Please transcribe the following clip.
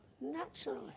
naturally